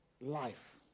life